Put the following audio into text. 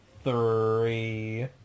three